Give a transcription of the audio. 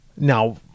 Now